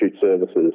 services